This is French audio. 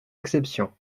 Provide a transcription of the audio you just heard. exception